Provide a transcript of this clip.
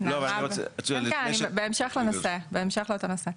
בהמשך לאותו נושא.